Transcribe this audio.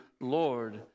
Lord